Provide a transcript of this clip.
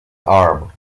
arm